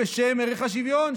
בשם הערך השוויון,